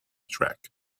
track